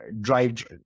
drive